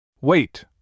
Wait